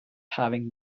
having